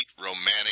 romantic